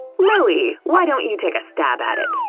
lilly! why don't you take a stab at it.